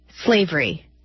slavery